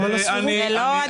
זה לא הדיון.